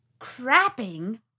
crapping